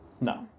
No